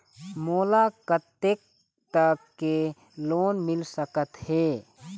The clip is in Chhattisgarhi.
मोला कतेक तक के लोन मिल सकत हे?